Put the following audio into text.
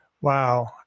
Wow